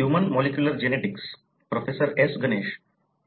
human molecular genetics या